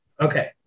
Okay